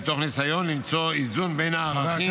מתוך ניסיון למצוא איזון בין הערכים,